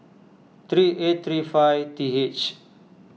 three eight three five th